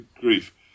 grief